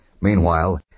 Meanwhile